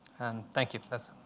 and thank you.